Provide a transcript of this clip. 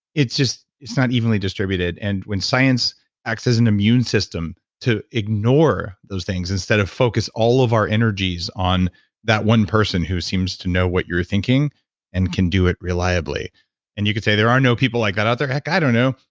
it's not evenly distributed and when science accesses and immune system to ignore those things instead of focus all of our energies on that one person who seems to know what you're thinking and can do it reliably and you can say, there are no people like that out there. heck, i don't know,